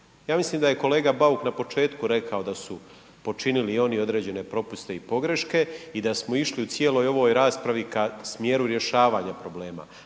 Ja mislim da je kolega Bauk na početku rekao da su počinili oni određene propuste i pogreške i da smo išli u cijeloj ovoj raspravi ka smjeru rješavanja problema